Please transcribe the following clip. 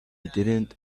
didn’t